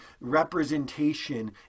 representation